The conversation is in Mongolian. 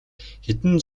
хэдэн